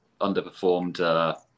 underperformed